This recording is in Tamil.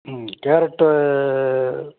ம் கேரட்